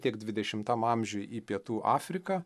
tiek dvidešimtam amžiui į pietų afriką